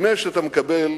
נדמה שאתה מקבל